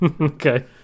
Okay